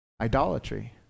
Idolatry